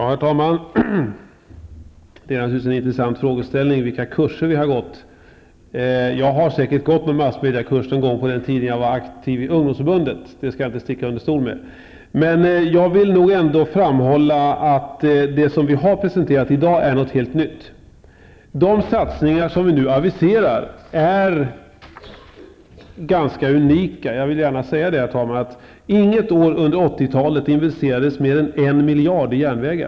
Herr talman! Det är naturligtvis intressant att veta vilka kurser jag har gått. Jag har säkert gått någon massmediekurs någon gång på den tiden jag var aktiv i ungdomsförbundet. Det skall jag inte sticka under stol med. Men jag vill framhålla att det som vi har presenterat i dag är något helt nytt. De satsningar som vi nu aviserar är ganska unika. Inget år under 80-talet investerades mer än 1 miljard i järnvägar.